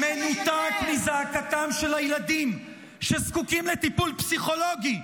מנותק מזעקתם של הילדים שזקוקים לטיפול פסיכולוגי,